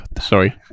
Sorry